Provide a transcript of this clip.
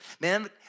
man